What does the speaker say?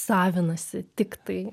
savinasi tiktai